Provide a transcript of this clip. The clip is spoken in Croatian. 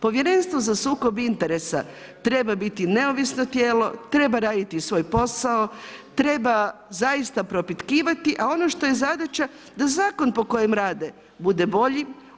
Povjerenstvo za sukob interesa treba biti neovisno tijelo, treba raditi svoj posao, treba zaista propitkivati, a ono što je zadaća da zakon po kojem rade bude bolji.